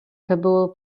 kabul